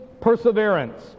perseverance